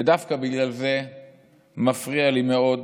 ודווקא בגלל זה מפריע לי מאוד